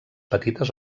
petites